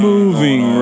Moving